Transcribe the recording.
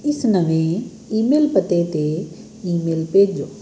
ਇਸ ਨਵੇਂ ਈਮੇਲ ਪਤੇ 'ਤੇ ਈਮੇਲ ਭੇਜੋ